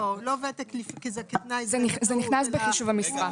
זה נכנס בחישוב המשרה.